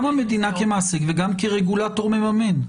גם המדינה כמעסיק וגם כרגולטור מממן.